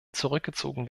zurückgezogen